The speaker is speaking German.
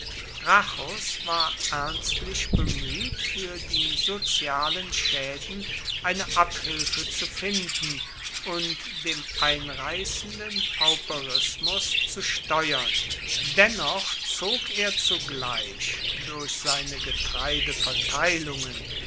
gracchus war ernstlich bemüht für die sozialen schäden eine abhilfe zu finden und dem einreißenden pauperismus zu steuern dennoch zog er zugleich durch seine